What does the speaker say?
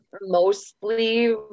Mostly